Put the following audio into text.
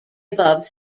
above